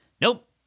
Nope